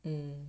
mm